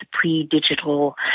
pre-digital